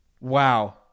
Wow